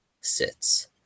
sits